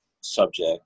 subject